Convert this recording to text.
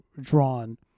drawn